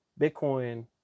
Bitcoin